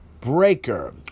Breaker